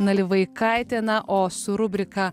nalivaikaitė na o su rubrika